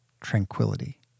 tranquility